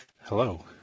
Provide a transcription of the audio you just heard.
Hello